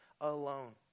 alone